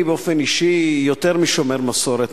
אני באופן אישי מגדיר את עצמי יותר משומר מסורת,